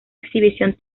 exhibición